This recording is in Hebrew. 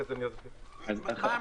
רגע.